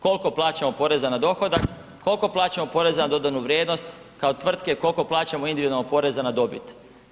Koliko plaćamo poreza na dohodak, koliko plaćamo poreza na dodanu vrijednost kao tvrtke, koliko plaćamo individualno poreza na dobit?